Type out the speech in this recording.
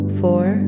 four